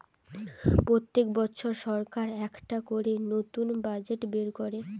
পোত্তেক বছর সরকার একটা করে নতুন বাজেট বের কোরে